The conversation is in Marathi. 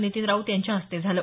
नितीन राऊत यांच्या हस्ते झालं